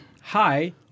Hi